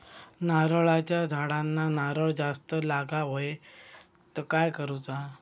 नारळाच्या झाडांना नारळ जास्त लागा व्हाये तर काय करूचा?